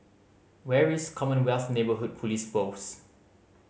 where is Commonwealth Neighbourhood Police Post